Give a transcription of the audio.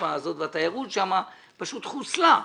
התקופה הזאת והתיירות שם פשוט חוסלה.